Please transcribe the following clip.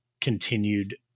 continued